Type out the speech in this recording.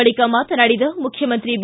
ಬಳಿಕ ಮಾತನಾಡಿದ ಮುಖ್ಯಮಂತ್ರಿ ಬಿ